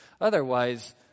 Otherwise